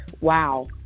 wow